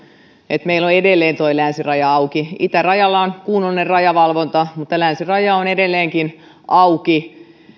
että meillä on edelleen tuo länsiraja auki itärajalla on kunnollinen rajavalvonta mutta länsiraja on edelleenkin auki